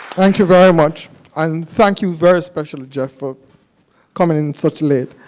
thank you very much. and thank you very especially jeff for coming such late.